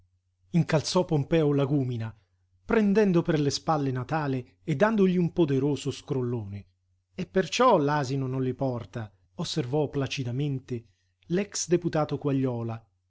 incalzò pompeo lagúmina prendendo per le spalle natale e dandogli un poderoso scrollone e perciò l'asino non li porta osservò placidamente l'ex deputato quagliola